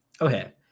okay